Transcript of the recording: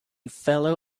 fellow